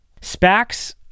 SPACs